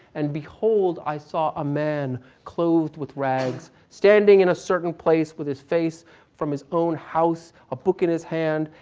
and behold, i saw a man clothed with rags, standing in a certain place, with his face from his own house, a book in his hand,